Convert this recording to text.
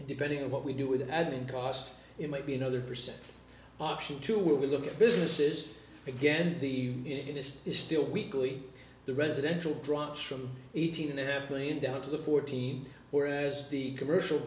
and depending on what we do with adding cost it might be another percent option to where we look at businesses again the in this is still weekly the residential dropped from eighteen and a half million down to the fourteen whereas the commercial